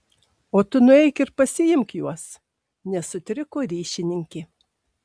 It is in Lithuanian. o tu nueik ir pasiimk juos nesutriko ryšininkė